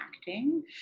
acting